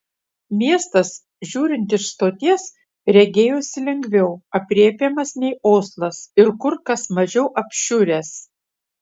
miestas žiūrint iš stoties regėjosi lengviau aprėpiamas nei oslas ir kur kas mažiau apšiuręs